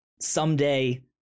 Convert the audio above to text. someday